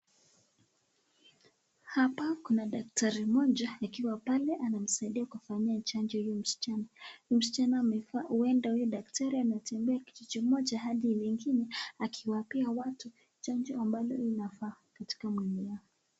Hapa kuna daktari mmoja akiwa pale anamsaidia kufanya chanjo huyu msichana. Huyu msichana amefaa, huenda huyu daktari ametembea kijiji kimoja hadi kingine akiwapa watu chanjo ambalo linafaa katika mwili wao.